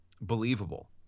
believable